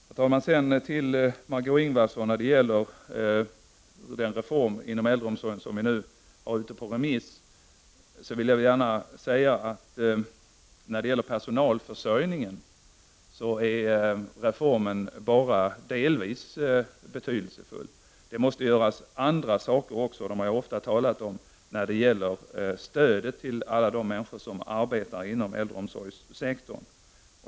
Till Margö Ingvardsson vill jag säga följande om det förslag om reform inom äldreomsorgen som vi nu har ute på remiss. När det gäller personalförsörjningen är reformen bara delvis betydelsefull. Det måste även göras andra saker. Ofta har det talats om stödet till alla de människor som arbetar inom äldreomsorgssektorn.